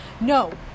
no